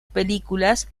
películas